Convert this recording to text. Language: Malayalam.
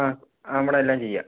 നമ്മുടെയെല്ലാം ചെയ്യാം